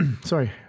Sorry